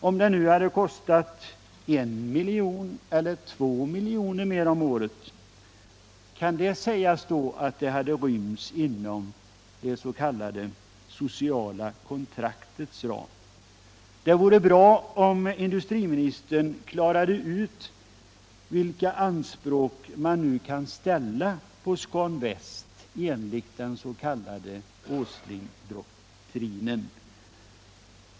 Om det hade kostat I eller 2 milj.kr., hade det då kunnat sägas att det ryms inom det ”sociala kontraktets ram”? Det vore bra om industriministern klarade ut vilka anspråk man nu kan ställa på Scan Väst enligt dens.k. Åslingdoktrinen.